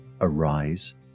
arise